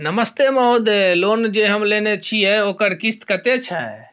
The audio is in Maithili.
नमस्ते महोदय, लोन जे हम लेने छिये ओकर किस्त कत्ते छै?